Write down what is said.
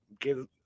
give